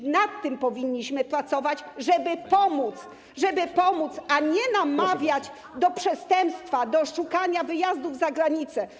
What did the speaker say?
I nad tym powinniśmy pracować - żeby pomóc, żeby pomóc, a nie namawiać do przestępstwa, do szukania wyjazdów za granicę.